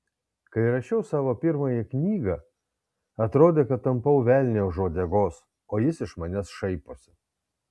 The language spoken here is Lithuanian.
kai rašiau savo pirmąją knygą atrodė kad tampau velnią už uodegos o jis iš manęs šaiposi